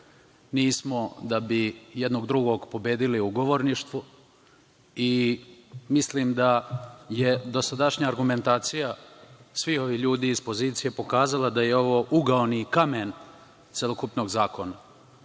Nismo da bi jednog drugog pobedili u govorništvu i mislim da je dosadašnja argumentacija svih ovih ljudi iz pozicije pokazala da je ovo ugaoni kamen celokupnog zakona. Mi